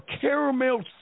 caramel